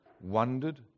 wondered